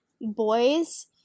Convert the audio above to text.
boys